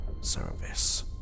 service